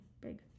big